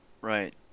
Right